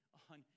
on